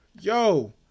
Yo